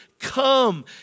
Come